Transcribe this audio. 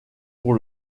pour